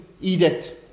edict